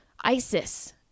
isis